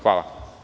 Hvala.